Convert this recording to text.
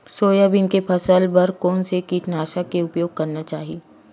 Soybean के फसल बर कोन से कीटनाशक के उपयोग करना चाहि?